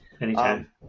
Anytime